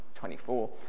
24